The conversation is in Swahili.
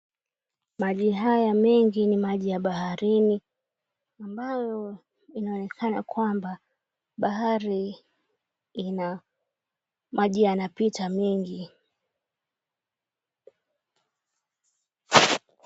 Maji haya mengi ni maji ya baharini ambayo inaonekana kwamba bahari ina maji inapita mingi.